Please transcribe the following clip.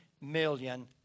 million